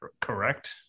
correct